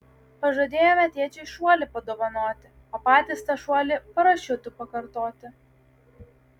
pažadėjome tėčiui šuolį padovanoti o patys tą šuolį parašiutu pakartoti